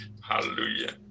hallelujah